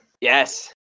Yes